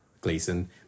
Gleason